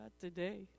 today